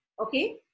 Okay